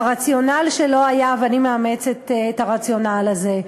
והרציונל שלו היה, ואני מאמצת את הרציונל הזה,